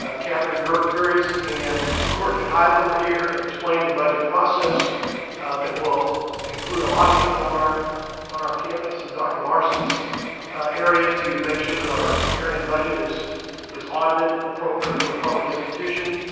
ah katherine gerdes and courtney hyland were here and explained the budget process that will include a lot of people on our on our campus and dr. larson's area to make sure that our year-end budget is is audited appropriately for a public institution.